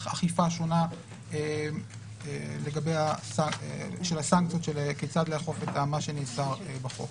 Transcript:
אכיפה שונה של הסנקציות של כיצד לאכוף את מה שנאסר בחוק.